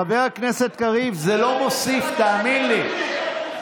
זה לא מוסיף, תאמין לי.